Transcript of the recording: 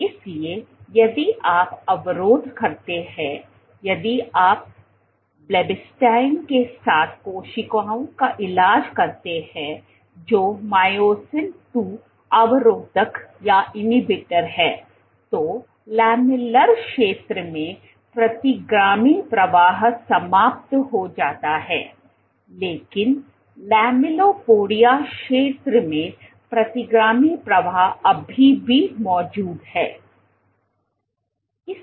इसलिए यदि आप अवरोध करते हैं यदि आप ब्लेबिस्टैटिन के साथ कोशिकाओं का इलाज करते हैं जो मायोसिन II अवरोधक है तो लैमेलर क्षेत्र में प्रतिगामी प्रवाह समाप्त हो जाता है लेकिन लामेलिपोडिया क्षेत्र में प्रतिगामी प्रवाह अभी भी मौजूद है